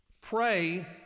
pray